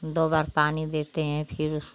दो बार पानी देते हैं फिर उस